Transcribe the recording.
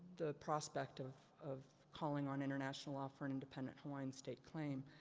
the prospect of of calling on international law for an independent hawaiian state claim.